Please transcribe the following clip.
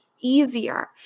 easier